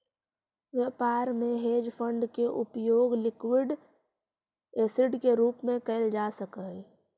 व्यापार में hedge fund के उपयोग लिक्विड एसिड के रूप में कैल जा सक हई